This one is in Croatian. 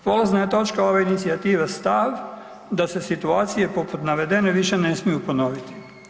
Polazna je točka ove inicijative stav da se situacije poput navedene više ne smiju ponoviti.